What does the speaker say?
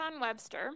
Webster